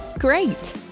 great